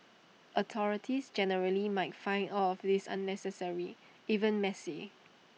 authorities generally might find all of this unnecessary even messy